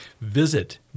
visit